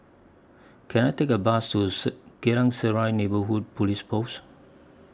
Can I Take A Bus to Geylang Serai Neighbourhood Police Post